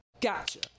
gotcha